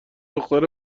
دختر